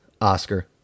Oscar